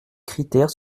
critères